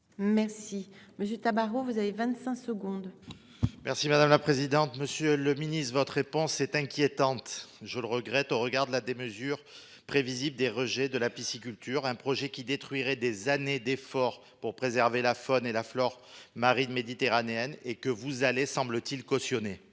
Merci mais Tabarot. Vous avez 25 secondes. Merci madame la présidente. Monsieur le Ministre, votre réponse est inquiétante. Je le regrette. Au regard de la démesure prévisible des rejets de la pisciculture. Un projet qui détruirait des années d'efforts pour préserver la faune et la flore marine méditerranéenne et que vous allez semble-t-il cautionné.